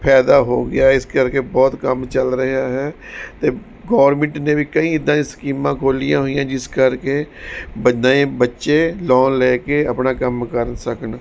ਫਾਇਦਾ ਹੋ ਗਿਆ ਇਸ ਕਰਕੇ ਬਹੁਤ ਕੰਮ ਚੱਲ ਰਿਹਾ ਹੈ ਅਤੇ ਗੌਰਮਿੰਟ ਨੇ ਵੀ ਕਈ ਇੱਦਾਂ ਦੀ ਸਕੀਮਾਂ ਖੋਲ੍ਹੀਆਂ ਹੋਈਆਂ ਜਿਸ ਕਰਕੇ ਬੱਚੇ ਲੋਨ ਲੈ ਕੇ ਆਪਣਾ ਕੰਮ ਕਰ ਸਕਣ